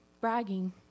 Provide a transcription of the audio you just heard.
bragging